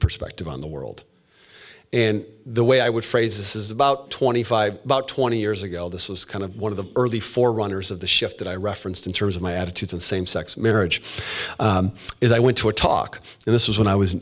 perspective on the world and the way i would phrase is about twenty five about twenty years ago this was kind of one of the early for runners of the shift that i referenced in terms of my attitudes on same sex marriage is i went to a talk and this was when i was